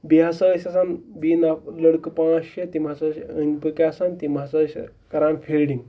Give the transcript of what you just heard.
بیٚیہِ ہَسا ٲسۍ آسان بیٚیہِ نَف لٔڑکہٕ پانٛژھ شےٚ تِم ہَسا چھِ أنٛدۍ پٔکۍ آسان تِم ہَسا ٲسۍ کَران فیٖلڈِنٛگ